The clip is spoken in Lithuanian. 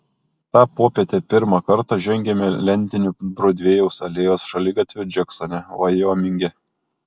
tą popietę pirmą kartą žengiame lentiniu brodvėjaus alėjos šaligatviu džeksone vajominge